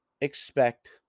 expect